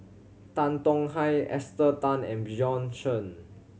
Tan Tong Hye Esther Tan and Bjorn Shen